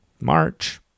March